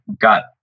got